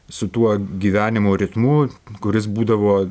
su tuo gyvenimo ritmu kuris būdavo